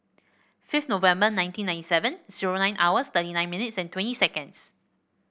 fifth November nineteen ninety seven zero nine hours thirty nine minutes and twenty seconds